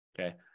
Okay